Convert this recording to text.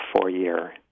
four-year